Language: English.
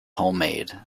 homemade